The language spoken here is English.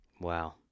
Wow